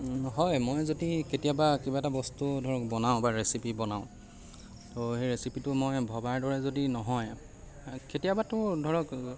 হয় মই যদি কেতিয়াবা কিবা এটা বস্তু ধৰক বনাওঁ বা ৰেচিপি বনাওঁ তো সেই ৰেচিপিটো মই ভবাৰ দৰে যদি নহয় কেতিয়াবাতো ধৰক